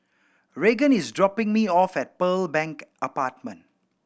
Raegan is dropping me off at Pearl Bank Apartment